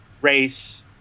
race